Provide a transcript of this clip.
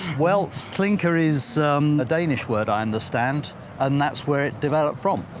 well clinker is the danish word i understand and that's where it developed from.